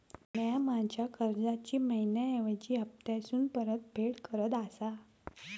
म्या माझ्या कर्जाची मैहिना ऐवजी हप्तासून परतफेड करत आसा